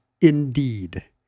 Indeed